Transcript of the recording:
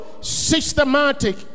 Systematic